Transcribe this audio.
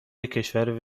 کشور